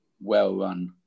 well-run